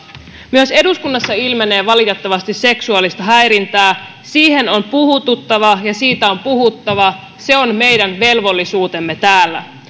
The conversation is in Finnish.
myös eduskunnassa ilmenee valitettavasti seksuaalista häirintää siihen on puututtava ja siitä on puhuttava se on meidän velvollisuutemme täällä